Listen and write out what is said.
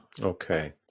Okay